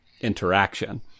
interaction